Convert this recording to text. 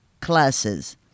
classes